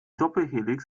doppelhelix